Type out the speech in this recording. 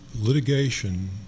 litigation